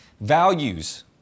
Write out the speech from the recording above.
Values